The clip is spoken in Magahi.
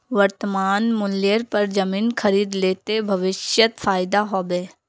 वर्तमान मूल्येर पर जमीन खरीद ले ते भविष्यत फायदा हो बे